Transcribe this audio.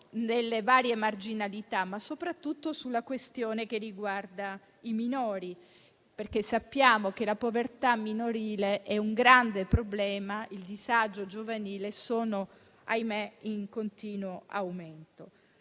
delle varie marginalità, ma soprattutto sulla questione che riguarda i minori, perché sappiamo che la povertà minorile e il disagio giovanile sono dei grandi problemi in continuo aumento.